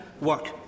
work